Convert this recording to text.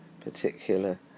particular